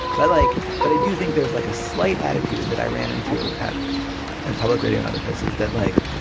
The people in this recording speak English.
but like but i do think there's like a slight attitude that i ran into at public radio and other places that like